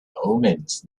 omens